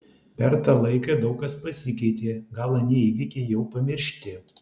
per tą laiką daug kas pasikeitė gal anie įvykiai jau pamiršti